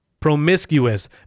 promiscuous